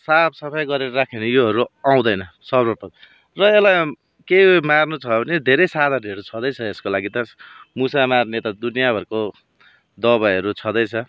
साफसफाई गरेर राख्यो भने योहरू आउँदैन सर्वप्रथम र यसलाई के मार्नु छ भने धेरै साधनहरू छँदैछ यसको लागि त मुसा मार्ने त दुनियाँ भरको दवाईहरू छँदैछ